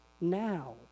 now